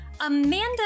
Amanda